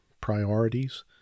priorities